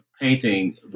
painting